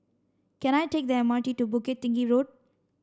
can I take the M R T to Bukit Tinggi Road